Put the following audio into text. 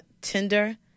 Tinder